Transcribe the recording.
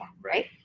right